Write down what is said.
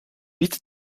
wiet